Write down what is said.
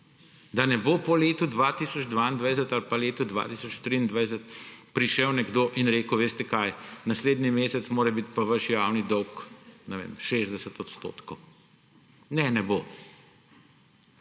da ne bo po letu 2022 ali pa 2023 prišel nekdo in rekel, veste kaj, naslednji mesec mora biti pa vaš javni dolg, recimo, 60 odstotkov. Ne, ne bo!